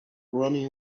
running